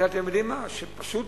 אתם יודעים מה, פשוט